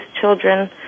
children